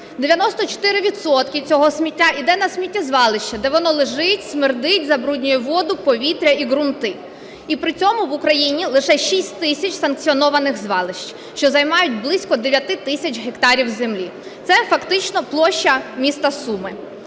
цього сміття іде на сміттєзвалище, де воно лежить, смердить, забруднює воду, повітря і ґрунти. І при цьому в Україні лише 6 тисяч санкціонованих звалищ, що займають близько 9 тисяч гектарів землі. Це фактично площа міста Суми.